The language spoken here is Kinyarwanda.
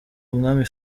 umwami